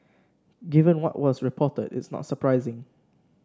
given what was reported it's not surprising